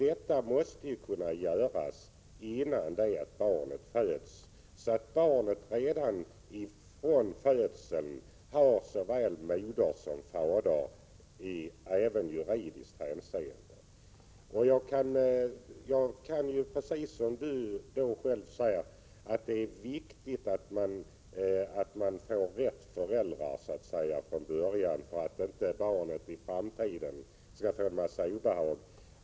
Detta måste kunna utredas innan barnet föds så att barnet redan från födseln har såväl moder som fader även i juridiskt hänseende. Som Ewa Hedkvist Petersen säger är det viktigt att rätt man fastställs som barnets far för att barnet inte i framtiden skall få obehag.